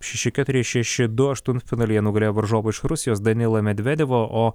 šeši keturi šeši du aštuntfinalyje nugalėjo varžovą iš rusijos danilą medvedevą o